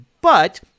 But-